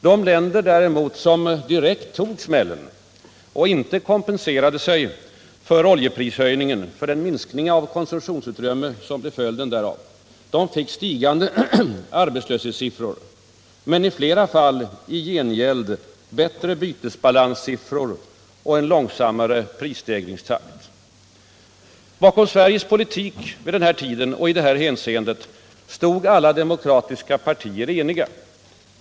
De länder däremot, som direkt tog smällen och inte kompenserade sig för den av oljeprishöjningen föranledda minskningen i konsumtionsutrymme, fick stigande arbetslöshetssiffror men i flera fall i gengäld bättre bytesbalanssiffror och en långsammare prisstegringstakt. Bakom Sveriges politik vid den här tiden och i det här hänseendet stod alla demokratiska partier eniga.